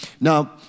Now